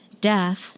death